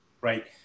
right